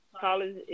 college